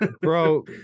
Bro